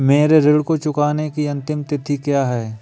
मेरे ऋण को चुकाने की अंतिम तिथि क्या है?